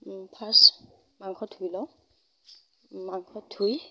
first মাংস ধুই লওঁ মাংস ধুই